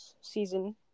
season